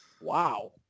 Wow